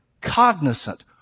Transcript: cognizant